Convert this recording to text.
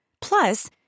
Plus